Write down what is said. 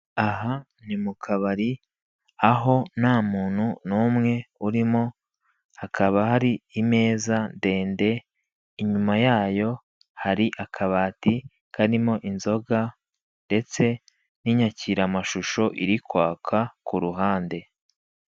Aha ni mu kabari aho nta muntu n'umwe urimo, hakaba hari imeza ndende inyuma yayo hari akabati karimo inzoga ndetse n'inyakiramashusho iri kwaka ku ruhande.